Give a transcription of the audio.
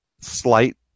slight